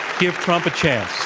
give trump a chance.